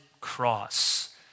cross